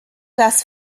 das